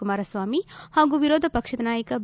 ಕುಮಾರಸ್ವಾಮಿ ಹಾಗೂ ವಿರೋಧ ಪಕ್ಷದ ನಾಯಕ ಬಿ